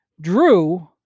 Drew